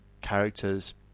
characters